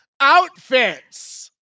outfits